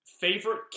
favorite